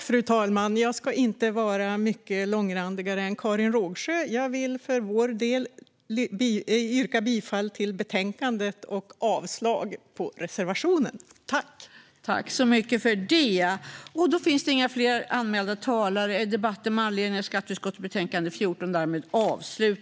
Fru talman! Jag ska inte vara mycket långrandigare än Karin Rågsjö. Jag vill för vår del yrka bifall till utskottets förslag och avslag på reservationen.